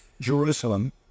Jerusalem